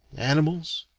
animals,